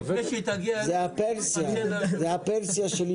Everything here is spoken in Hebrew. תתפלאו לשמוע,